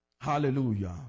Hallelujah